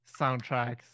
soundtracks